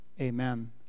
Amen